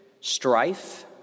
strife